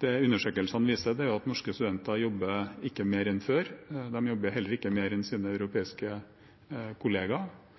Det undersøkelsene viser, er at norske studenter jobber ikke mer enn før. De jobber heller ikke mer enn sine europeiske